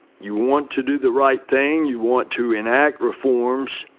you want to do the right thing. you want to enact reforms.